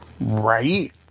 Right